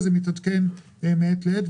וזה מתעדכן מעת לעת.